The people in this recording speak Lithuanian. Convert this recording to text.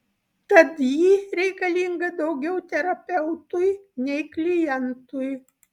tad ji reikalinga daugiau terapeutui nei klientui